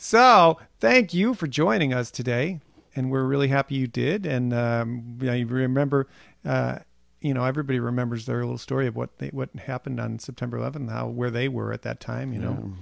so thank you for joining us today and we're really happy you did and you know you remember you know everybody remembers their little story of what happened on september eleventh where they were at that time you know